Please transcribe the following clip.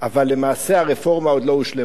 אבל למעשה, הרפורמה עוד לא הושלמה,